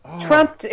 Trump